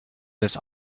this